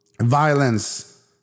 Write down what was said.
violence